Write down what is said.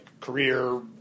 career